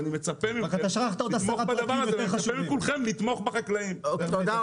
ואני מצפה ממך ומכולכם לתמוך בדבר הזה ולתמוך בחקלאים.